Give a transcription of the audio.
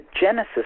genesis